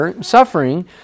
suffering